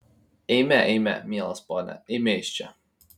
eime eime mielas pone eime iš čia